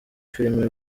filime